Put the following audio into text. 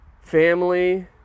family